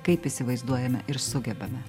kaip įsivaizduojame ir sugebame